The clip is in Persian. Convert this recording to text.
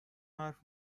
حرف